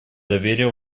доверия